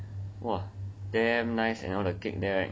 !wah! damn nice eh all the cake there right